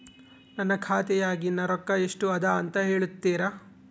ನನ್ನ ಖಾತೆಯಾಗಿನ ರೊಕ್ಕ ಎಷ್ಟು ಅದಾ ಅಂತಾ ಹೇಳುತ್ತೇರಾ?